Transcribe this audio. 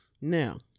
Now